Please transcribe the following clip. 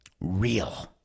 real